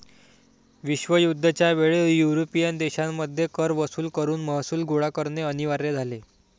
विश्वयुद्ध च्या वेळी युरोपियन देशांमध्ये कर वसूल करून महसूल गोळा करणे अनिवार्य झाले